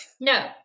No